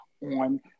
on